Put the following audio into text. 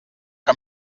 que